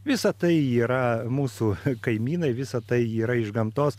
visa tai yra mūsų kaimynai visa tai yra iš gamtos